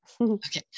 Okay